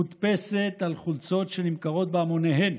מודפסת על חולצות שנמכרות בהמוניהן.